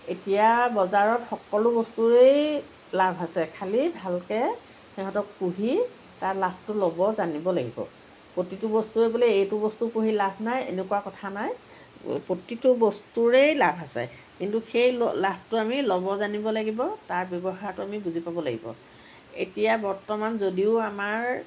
এতিয়া বজাৰত সকলো বস্তুৰেই লাভ আছে খালী ভালকৈ সিহঁতক পুঁহি তাৰ লাভটো ল'ব জানিব লাগিব প্ৰতিটো বস্তুৱে বোলে এইটো বস্তু পুহি লাভ নাই এনেকুৱা কথা নাই প্ৰতিটো বস্তুৰেই লাভ আছে কিন্তু সেই লাভটো আমি ল'ব জানিব লাগিব তাৰ ব্য়ৱহাৰটো আমি বুজি পাব লাগিব এতিয়া বৰ্তমান যদিও আমাৰ